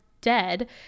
dead